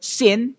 sin